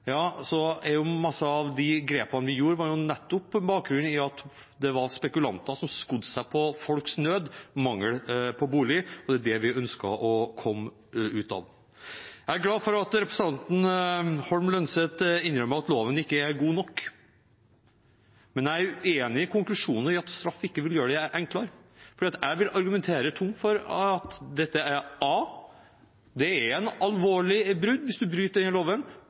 Mange av de grepene vi tok, har nettopp bakgrunn i at det var spekulanter som skodde seg på folks nød og mangel på bolig. Det ønsker vi å komme ut av. Jeg er glad for at representanten Holm Lønseth innrømmer at loven ikke er god nok, men jeg er uenig i konklusjonen om at straff ikke vil gjøre det enklere. Jeg vil argumentere tungt for at a) det er et alvorlig brudd hvis man bryter denne loven,